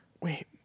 wait